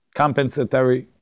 compensatory